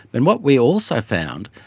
and what we also found,